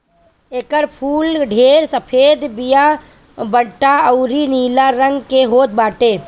एकर फूल ढेर सफ़ेद, पियर, भंटा अउरी नीला रंग में होत बाटे